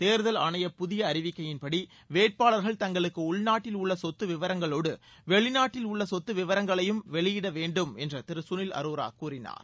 தேர்தல் ஆணைய புதிய அறிவிக்கையின்படி வேட்பாளர்கள் தங்களுக்கு உள்நாட்டில் உள்ள சொத்து விவரங்களோடு வெளிநாட்டில் உள்ள சொத்து விவரங்களையும் வெளியிட வேண்டும் என்று திரு கனில் அரோரா கூறினார்